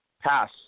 pass